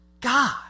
God